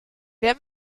wer